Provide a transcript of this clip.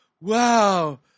Wow